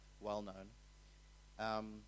well-known